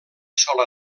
sola